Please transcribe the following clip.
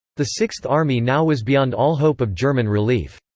the sixth army now was beyond all hope of german relief.